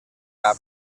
cap